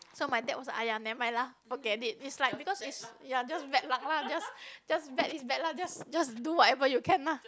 so my dad was !aiya! never mind lah forget it it's like because it's ya just bad luck lah just just bad it's bad luck just just do whatever you can lah